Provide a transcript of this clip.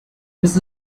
this